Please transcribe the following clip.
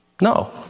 No